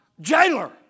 jailer